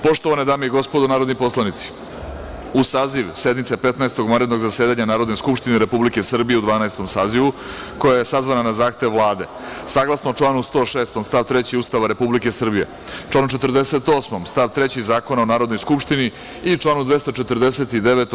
Poštovane dame i gospodo narodni poslanici, uz saziv sednice Petnaestog vanrednog zasedanja Narodne skupštine Republike Srbije u Dvanaestom sazivu, koja je sazvana na Zahtev Vlade, saglasno članu 106. stav 3. Ustava Republike Srbije, članu 48. stav 3. Zakona o Narodnoj skupštini i članu 249.